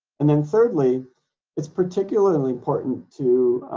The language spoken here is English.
and then thirdly it's particularly important to